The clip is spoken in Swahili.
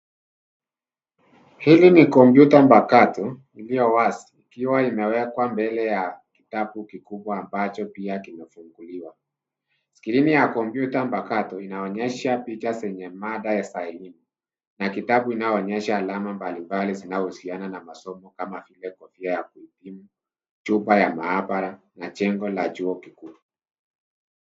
Hili ni kompyuta mpakato iliyo wazi Ikiwa imewekwa mbele ya kitabu kikubwa ambacho pia kimefunguliwa. Skrini ya kompyuta mpakato inaonyesha picha zenye mada za elimu na kitabu inayoonyesha alama ya mbalimbali zinazohusiana na masomo kama vile kofia ya kuhitimu, chumba ya maabara, na jengo la chuo kikuu.